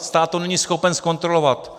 Stát to není schopen zkontrolovat.